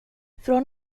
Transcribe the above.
från